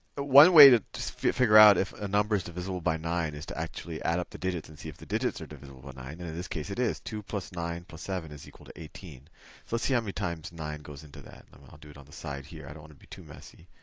one way to to figure out if a number is divisible by nine is to actually add up the digits and see if the digits are divisible by nine. and in this case, it is. two plus nine plus seven is equal to eighteen. so let's see how many times nine goes into that. um i'll do it on the side here i don't want to be too messy.